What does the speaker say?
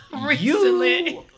Recently